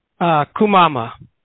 Kumama